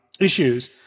issues